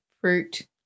fruit